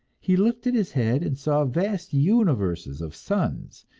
he lifted his head and saw vast universes of suns,